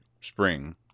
spring